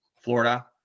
Florida